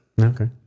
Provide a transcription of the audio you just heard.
Okay